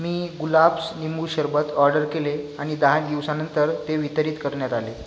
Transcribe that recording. मी गुलाब्स लिंबू सरबत ऑर्डर केले आणि दहा दिवसांनंतर ते वितरित करण्यात आले